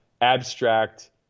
abstract